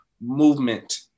movement